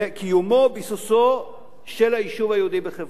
לקיומו וביסוסו של היישוב היהודי בחברון.